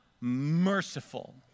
merciful